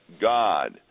God